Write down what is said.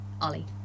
ollie